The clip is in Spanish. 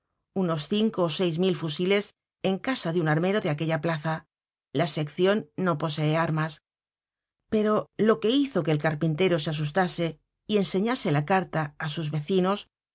unos cinco ó seis mil fusiles en casa de un armero de aquella plaza la seccion no posee armas pero lo que hizo que el carpintero se asustase y enseñase la caria á sus vecinos fue